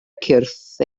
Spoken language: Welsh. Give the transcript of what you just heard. cyrff